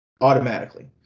Automatically